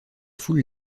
foule